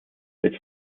wird